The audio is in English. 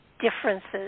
Differences